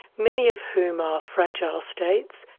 many of whom are fragile states,